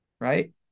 Right